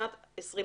במדינת ישראל.